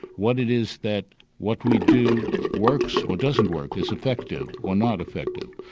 what it is that what we do works or doesn't work, is effective or not effective.